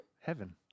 heaven